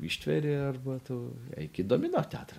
ištveri arba tu eik į domino teatrą